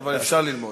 אבל אפשר ללמוד.